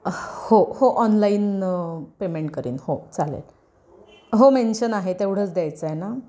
हो हो online payment करीन हो चालेल हो मेन्शन आहे तेवढंच द्यायचं आहे ना